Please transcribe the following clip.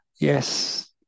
yes